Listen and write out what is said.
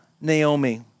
Naomi